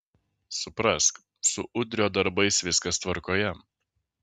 suprask su udrio darbais viskas tvarkoje